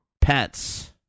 pets